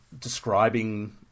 describing